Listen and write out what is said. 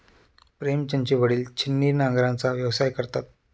प्रेमचंदचे वडील छिन्नी नांगराचा व्यवसाय करतात